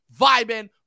vibing